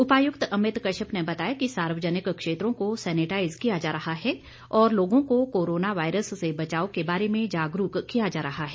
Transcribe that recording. उपायुक्त अमित कश्यप ने बताया कि सार्वजनिक क्षेत्रों को सैनिटाईज किया जा रहा है और लोगों को कोरोना वायरस से बचाव के बारे में जागरूक किया जा रहा है